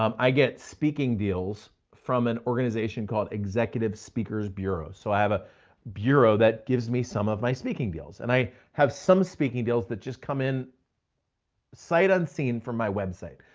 um i get speaking deals from an organization called executive speakers bureau. so i have a bureau that gives me some of my speaking deals and i have some speaking deals that just come in sight unseen from my website.